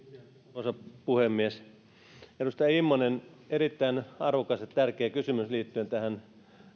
arvoisa puhemies edustaja immonen erittäin arvokas ja tärkeä kysymys liittyen tähän